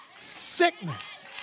sickness